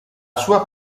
sua